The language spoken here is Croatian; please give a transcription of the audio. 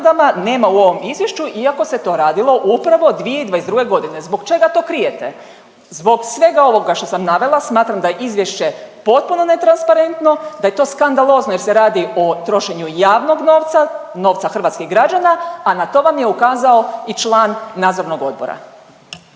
nema u ovom izvješću, iako se to radilo upravo 2022.g.. Zbog čega to krijete? Zbog svega ovog što sam navela smatram da izvješće potpuno netransparentno, da je to skandalozno jer se radi o trošenju javnog novca, novca hrvatskih građana, a na to vam je ukazao i član nadzornog odbora.